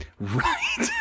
Right